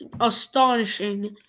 astonishing